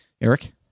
Eric